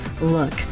Look